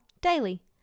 daily